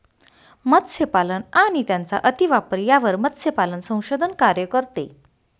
मत्स्यपालन आणि त्यांचा अतिवापर यावर मत्स्यपालन संशोधन कार्य करते